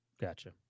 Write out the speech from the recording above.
Gotcha